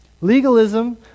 Legalism